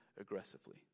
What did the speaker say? aggressively